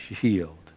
shield